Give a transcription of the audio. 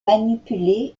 manipuler